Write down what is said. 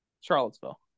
Charlottesville